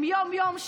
הם יום-יום,